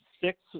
six